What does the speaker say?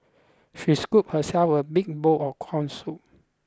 she scooped herself a big bowl of corn soup